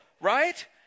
right